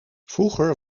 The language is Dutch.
vroeger